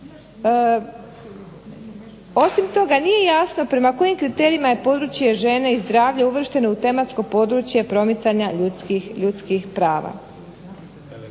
Osim toga, nije jasno prema kojim kriterijima je područje žene i zdravlja uvršteno u tematsko područje promicanja ljudskih prava.